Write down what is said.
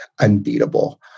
unbeatable